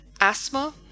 Asthma